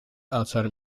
outside